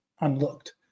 unlooked